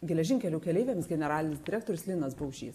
geležinkelių keleiviams generalinis direktorius linas baužys